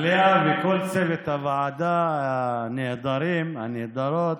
אז לאה וכל צוות הוועדה הנהדרים, הנהדרות,